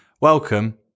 Welcome